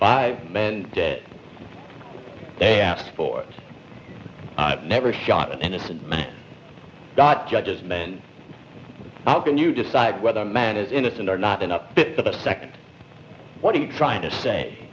by men they asked for i've never shot an innocent man god judges men how can you decide whether a man is innocent or not enough for the second what are you trying to say